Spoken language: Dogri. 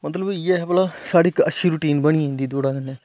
मतलब इयै साढ़ी अच्छी रुटीन बनी जंदी दौड़ा कन्नै